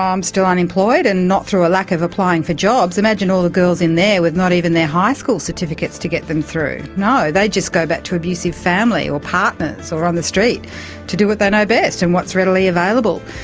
um still unemployed, and not through a lack of applying for jobs. imagine all the girls in there with not even their high school certificates to get them through. no, they just go back to abusive family or partners so or on the street to do what they know best and what is readily available,